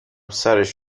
سرش